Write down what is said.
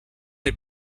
les